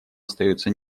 остаются